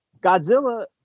Godzilla